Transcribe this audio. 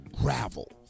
gravel